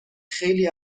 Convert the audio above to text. خیلی